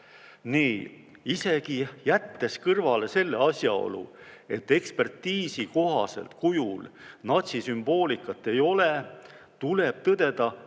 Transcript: Isegi jättes kõrvale selle asjaolu, et ekspertiisi kohaselt kujul natsisümboolikat ei ole, tuleb tõdeda,